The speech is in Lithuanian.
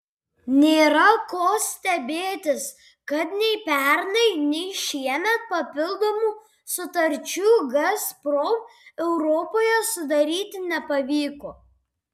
nėra ko stebėtis kad nei pernai nei šiemet papildomų sutarčių gazprom europoje sudaryti nepavyko